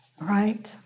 right